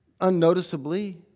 unnoticeably